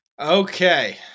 Okay